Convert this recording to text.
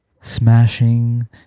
smashing